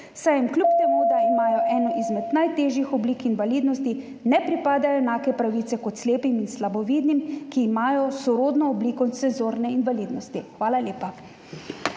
jim, kljub temu da imajo eno izmed najtežjih oblik invalidnosti, ne pripadajo enake pravice kot slepim in slabovidnim, ki imajo sorodno obliko senzorne invalidnosti? Hvala lepa.